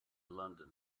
london